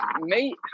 mate